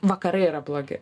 vakarai yra blogi